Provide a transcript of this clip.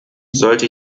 sollte